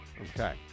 Okay